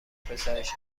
پسرش